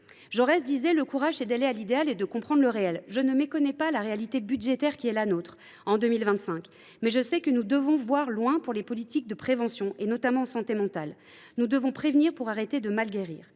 Jaurès, « le courage, […] c’est d’aller à l’idéal et de comprendre le réel ». Je ne méconnais pas la réalité budgétaire qui est la nôtre, en 2025, mais je sais que nous devons voir loin pour les politiques de prévention, notamment en santé mentale ; nous devons prévenir pour arrêter de mal guérir.